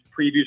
previews